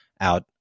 out